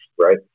Right